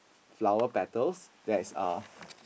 flower petals that is uh